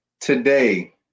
today